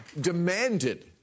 demanded